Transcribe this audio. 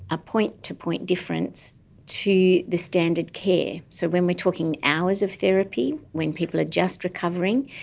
a point to point difference to the standard care. so when we're talking hours of therapy, when people are just recovering,